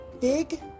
big